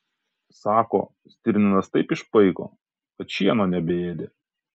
sako stirninas taip išpaiko kad šieno nebeėdė